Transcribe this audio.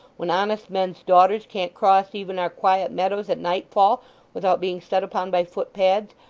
when honest men's daughters can't cross even our quiet meadows at nightfall without being set upon by footpads,